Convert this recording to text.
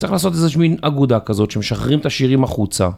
צריך לעשות איזה מין אגודה כזאת שמשחררים את השירים החוצה.